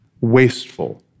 wasteful